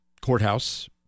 courthouse